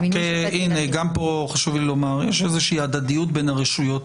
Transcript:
כאן חשוב לי לומר שיש איזושהי הדדיות בין הרשויות.